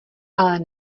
ale